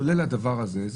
כולל הדבר הזה,